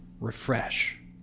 refresh